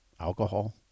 Alcohol